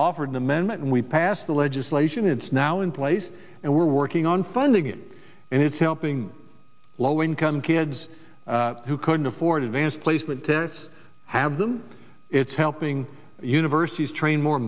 amendment and we passed the legislation it's now in place and we're working on funding it and it's helping low income kids who couldn't afford advanced placement tests have them it's helping universities train more